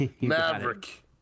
Maverick